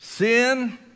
sin